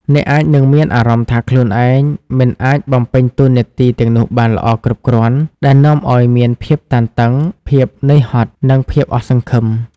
អ្នកអាចនឹងមានអារម្មណ៍ថាខ្លួនឯងមិនអាចបំពេញតួនាទីទាំងនោះបានល្អគ្រប់គ្រាន់ ដែលនាំឱ្យមានភាពតានតឹង ភាពនឿយហត់ និងភាពអស់សង្ឃឹម។